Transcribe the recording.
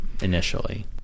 initially